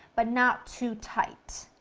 but not too tight.